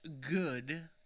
good